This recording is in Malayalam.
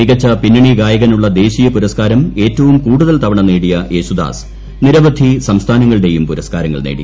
മികച്ച പിന്നണി ഗായകനുള്ള ദേശീയ പുരസ്കാരം ഏറ്റവും കൂടുതൽ തവണ നേടിയ യേശുദാസ് നിരവധി സംസ്ഥാനങ്ങളുടെയും പുരസ്കാരങ്ങൾ നേടി